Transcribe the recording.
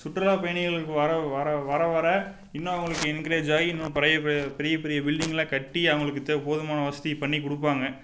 சுற்றுலா பயணிகளுக்கு வர வர வர வர இன்னும் அவங்களுக்கு எங்கரேஜ் ஆகி இன்னும் பெரிய பெரிய பில்டிங்லாம் கட்டி அவங்களுக்கு தேவை போதுமான வசதி பண்ணிக்கொடுப்பாங்க